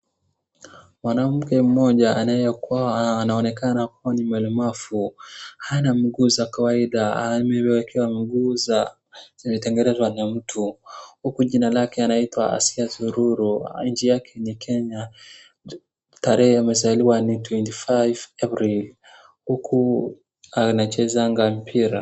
Mwanamke mmoja anayekuwa anaonekana kuwa ni mlemavu hana mguu za kawaida amewekewa miguu za zimetengenezwa na mtu, huku jina lake anaitwa Asiya Sururu, nchi yake ni Kenya tarehe amezaliwa ni twenty five April huku anachezanga mpira.